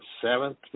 seventh